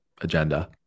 agenda